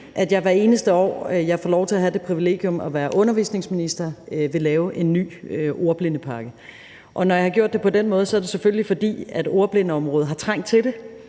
at jeg, hvert eneste år jeg får lov til at have det privilegium at være undervisningsminister, vil lave en ny ordblindepakke. Når jeg har gjort det på den måde, er det selvfølgelig, fordi ordblindeområdet simpelt hen